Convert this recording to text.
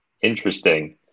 Interesting